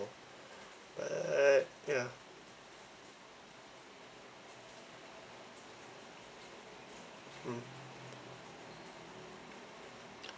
uh ya mm